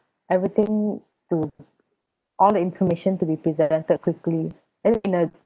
everything to all the information to be presented quickly and in a